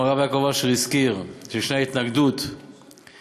הרב יעקב אשר גם הזכיר שיש התנגדות חריפה,